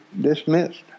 dismissed